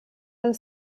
das